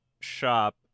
shop